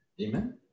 Amen